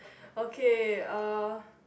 okay uh